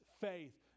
faith